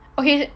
okay